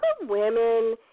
women